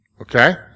okay